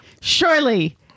Surely